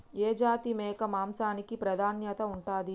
ఏ జాతి మేక మాంసానికి ప్రాధాన్యత ఉంటది?